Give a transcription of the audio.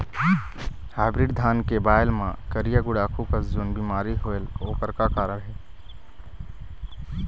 Hybrid धान के बायेल मां करिया गुड़ाखू कस जोन बीमारी होएल ओकर का कारण हे?